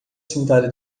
sentada